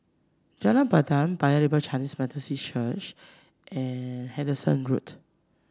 Jalan Pandan Paya Lebar Chinese Methodist Church and Hendon Road